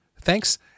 Thanks